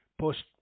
post